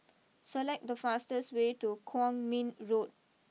select the fastest way to Kwong Min Road